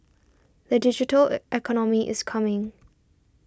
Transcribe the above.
the digital economy is coming